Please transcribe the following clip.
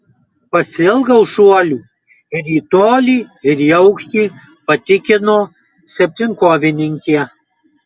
pasiilgau šuolių ir į tolį ir į aukštį patikino septynkovininkė